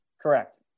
Correct